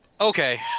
Okay